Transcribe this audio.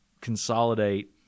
consolidate